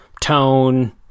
tone